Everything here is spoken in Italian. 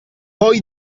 poi